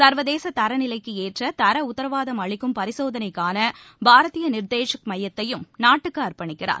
சர்வதேச தர நிலைக்கு ஏற்ற தர உத்தரவாதம் அளிக்கும் பரிசோதனைக்கான பாரதிய நிர்தேஷக் மையத்தையும் நாட்டுக்கு அர்ப்பணிக்கிறார்